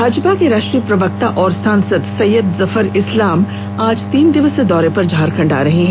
भाजपा के राष्ट्रीय प्रवक्ता एवं सांसद सैयद जफर इस्लाम आज तीन दिवसीय दौरे पर झारखंड आ रहे हैं